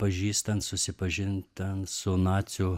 pažįstant susipažint ten su nacių